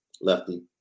Lefty